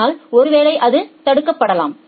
ஆனால் ஒருவேளை அது தடுக்கப்படலாம்